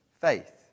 faith